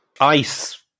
Ice